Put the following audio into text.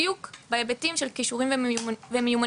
בדיוק בהיבטים של כישורים ומיומנויות.